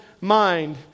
mind